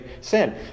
sin